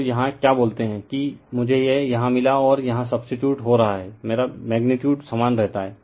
तो यहाँ क्या बोलते है कि मुझे यह यहाँ मिला और यहाँ सब्सटीटयूट हो रहा है मैग्नीटीयूड समान रहता है